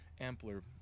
ampler